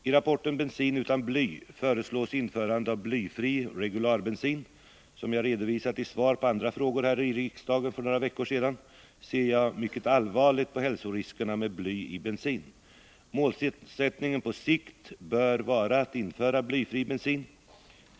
I rapporten Bensin utan bly föreslås införande av blyfri regularbensin. Som jag redovisat i svar på andra frågor här i riksdagen för några veckor sedan ser jag mycket allvarligt på hälsoriskerna med bly i bensin. Målsättningen på sikt bör vara att införa blyfri bensin.